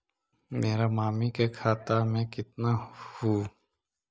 मेरा मामी के खाता में कितना हूउ?